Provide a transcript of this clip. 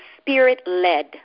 spirit-led